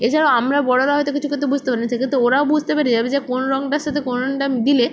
এছাড়াও আমরা বড়রা হয়তো কিছু ক্ষেত্রে বুঝতে পারি না সেক্ষেত্রে ওরা বুঝতে পেরে যাবে যে কোন রংটার সাথে কোন রংটা দিলে